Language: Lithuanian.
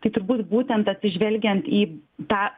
tai tur but būtent atsižvelgiant į tą